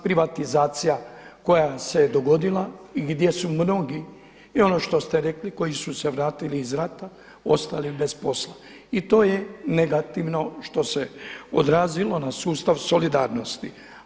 Privatizacija koja se dogodila i gdje su mnogi i ono što ste rekli koji su se vratili iz rata ostali bez posla, i to je negativno što se odrazilo na sustav solidarnosti.